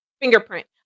fingerprint